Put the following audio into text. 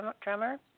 drummer